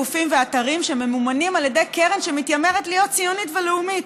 גופים ואתרים שממומנים על ידי קרן שמתיימרת להיות ציונית ולאומית.